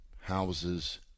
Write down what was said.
houses